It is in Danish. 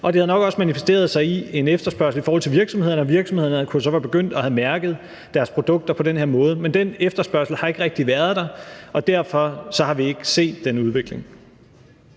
det havde nok også manifesteret sig i en efterspørgsel i forhold til virksomhederne, og virksomhederne kunne så være begyndt at mærke deres produkter på den her måde. Men den efterspørgsel har ikke rigtig været der, og derfor har vi ikke set den udvikling.